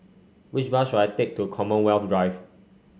which bus should I take to Commonwealth Drive